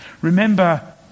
Remember